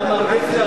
אתה ממליץ לי?